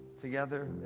together